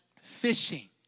Fishing